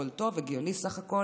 הכול טוב, הגיוני בסך הכול.